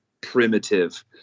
primitive